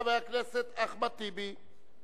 חבר הכנסת אחמד טיבי.